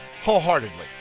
wholeheartedly